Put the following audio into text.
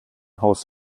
haus